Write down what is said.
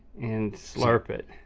and slurp it.